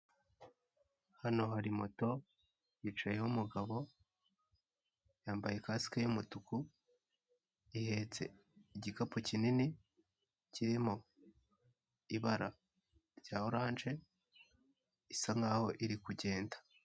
Hano hari moto yicayeho umugabo yambaye kasike y'umutuku, ihetse igikapu kinini kirimo ibara rya oranje, isa nkaho iri kugenda.